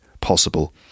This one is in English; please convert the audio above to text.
possible